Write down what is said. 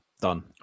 done